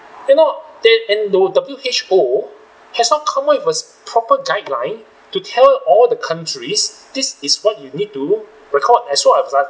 then not then and though W_H_O has not come out with a proper guideline to tell all the countries this is what you need to record as long as I